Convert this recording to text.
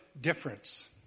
difference